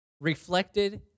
reflected